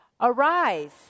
Arise